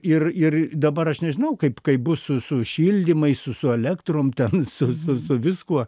ir ir dabar aš nežinau kaip kaip bus su su šildymais su su elektrom ten su su su viskuo